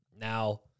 Now